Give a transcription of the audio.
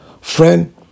Friend